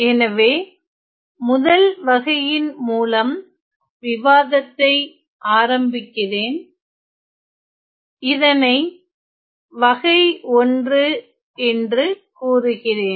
எனவே முதல் வகையின் மூலம் விவாதத்தை ஆரம்பிக்கிறேன் இதனை வகை 1 என்று கூறுகிறேன்